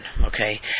okay